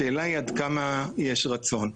השאלה היא עד כמה יש רצון?